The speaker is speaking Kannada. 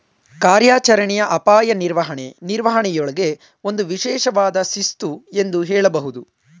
ಕಾರ್ಯಾಚರಣೆಯ ಅಪಾಯ ನಿರ್ವಹಣೆ ನಿರ್ವಹಣೆಯೂಳ್ಗೆ ಒಂದು ವಿಶೇಷವಾದ ಶಿಸ್ತು ಎಂದು ಹೇಳಬಹುದು